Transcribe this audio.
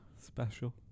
special